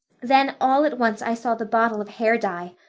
then all at once i saw the bottle of hair dye.